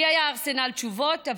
לי היה ארסנל תשובות,